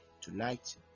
tonight